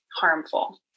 harmful